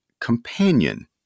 companion